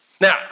Now